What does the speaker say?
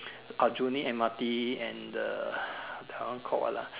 Aljunied M_R_T and the that one call what ah